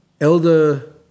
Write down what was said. Elder